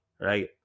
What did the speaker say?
right